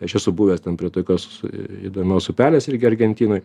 aš esu buvęs ten prie tokios įdomios upelės irgi argentinoj